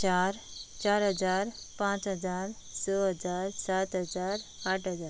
चार चार हजार पांच हजार स हजार सात हजार आठ हजार